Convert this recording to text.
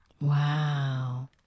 Wow